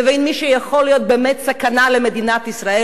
לבין מי שיכול להיות באמת סכנה למדינת ישראל.